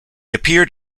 appeared